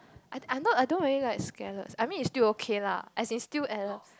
I I not I don't really like scallops I mean is still okay lah as in still at a